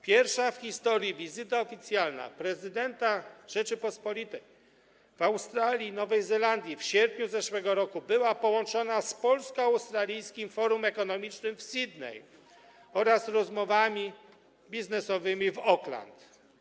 Pierwsza w historii oficjalna wizyta prezydenta Rzeczypospolitej w Australii i Nowej Zelandii w sierpniu zeszłego roku była połączona z Polsko-Australijskim Forum Ekonomicznym w Sidney oraz rozmowami biznesowymi w Oakland.